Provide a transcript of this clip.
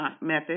method